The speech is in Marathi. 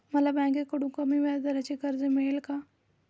मला बँकेकडून कमी व्याजदराचे कर्ज मिळेल का?